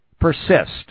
Persist